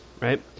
right